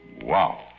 Wow